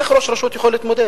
איך ראש רשות יכול להתמודד?